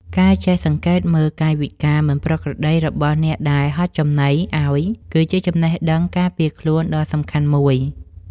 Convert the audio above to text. ការចេះសង្កេតមើលកាយវិការមិនប្រក្រតីរបស់អ្នកដែលហុចចំណីឱ្យគឺជាចំណេះដឹងការពារខ្លួនដ៏សំខាន់មួយ។